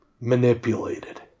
manipulated